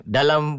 Dalam